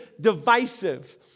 divisive